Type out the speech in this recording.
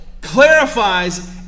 clarifies